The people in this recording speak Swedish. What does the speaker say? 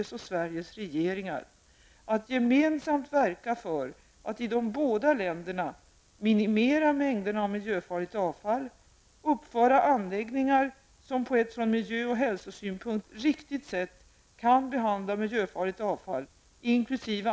Sveriges regeringar, att gemensamt verka för att i de båda länderna -- minimera mängderna av miljöfarligt avfall, -- uppföra anläggningar som på ett från miljö och hälsosynpunkt riktigt sätt kan behandla miljöfarligt avfall, inkl.